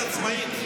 היית עצמאית?